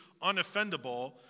unoffendable